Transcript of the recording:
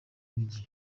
n’igihe